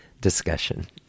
discussion